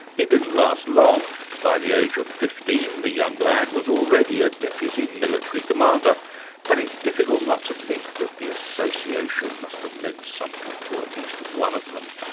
it didn't last long by the age of fifteen, the young lad was already a deputy military commander but it's difficult not to think that the association must have meant something to at least one of them.